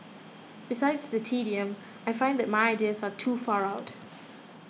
besides the tedium I feel that my ideas are too far out